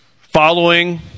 following